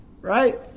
Right